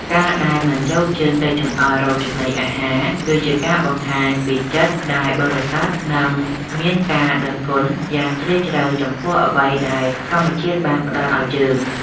ការដែលមិនយកជើងទៅចង្អុលរកចំណីអាហារគឺជាការបង្ហាញពីចិត្តដែលបរិសុទ្ធ និង មានការដឹងគុណយ៉ាងជ្រាលជ្រៅចំពោះអ្វីដែលធម្មជាតិបានផ្តល់ឱ្យយើង។